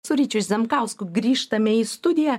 su ryčiu zemkausku grįžtame į studiją